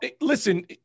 listen